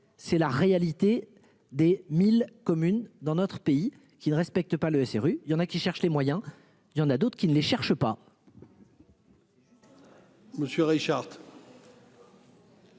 c'est la réalité des 1000 communes dans notre pays qui ne respectent pas le rue il y en a qui cherche les moyens il y en a d'autres qui ne les cherchent pas. Ces. Monsieur Richard.